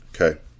Okay